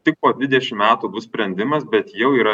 tik po dvidešim metų bus sprendimas bet jau yra